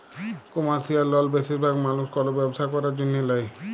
commercial লল বেশিরভাগ মালুস কল ব্যবসা ক্যরার জ্যনহে লেয়